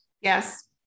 Yes